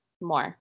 more